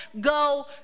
go